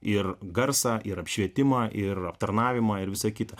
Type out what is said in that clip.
ir garsą ir apšvietimą ir aptarnavimą ir visa kita